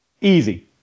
easy